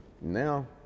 Now